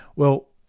well,